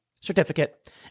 certificate